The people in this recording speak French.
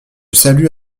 salue